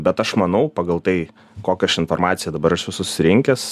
bet aš manau pagal tai kokią aš informaciją dabar esu susirinkęs